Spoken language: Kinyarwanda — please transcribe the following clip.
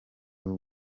w’u